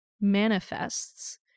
manifests